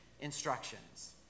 instructions